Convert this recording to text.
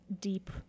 deep